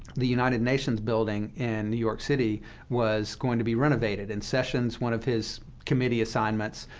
the united nations building in new york city was going to be renovated. and sessions, one of his committee assignments,